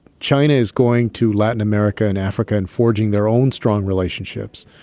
china is going to latin america and africa and forging their own strong relationships.